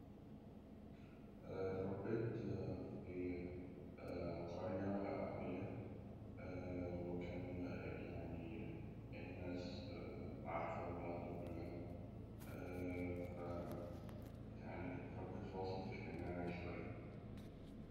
اتربيت في قرية عادية وكان يعني الناس عارفة بعض كلها يعني ف اتربيت في وسط اجتماعي شوية.